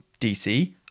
DC